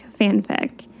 fanfic